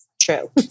true